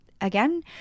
again